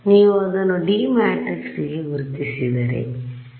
ನೀವು ಅದನ್ನು ಡಿ ಮ್ಯಾಟ್ರಿಕ್ಸ್ರೆ ಗೆ ಗುರುತಿಸಿದರೆ ನೋಡಿ ಸಮಯ 1558